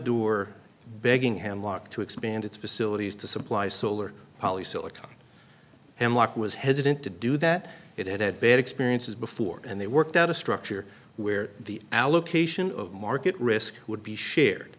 door begging him locked to expand its facilities to supply solar polysilicon hemlock was hesitant to do that it had had bad experiences before and they worked out a structure where the allocation of market risk would be shared